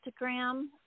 Instagram